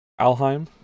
Alheim